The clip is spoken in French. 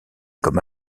comme